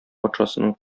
патшасының